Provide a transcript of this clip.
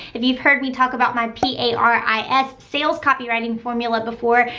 if you've heard me talk about my p a r i s. sales copywriting formula before,